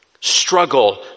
struggle